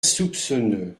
soupçonneux